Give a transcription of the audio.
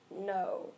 no